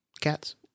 Cats